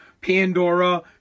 Pandora